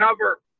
cover